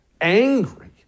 angry